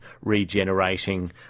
regenerating